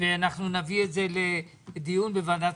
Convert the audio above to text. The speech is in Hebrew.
ונביא את זה לדיון שרים.